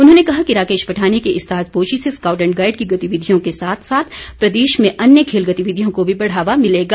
उन्होंने कहा कि राकेश पठानिया की इस ताजपोशी से स्काउट एण्ड गाईड की गतिविधियों के साथ साथ प्रदेश में अन्य खेल गतिविधियों को भी बढ़ावा मिलेगा